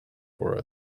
for